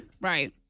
Right